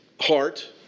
heart